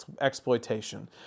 exploitation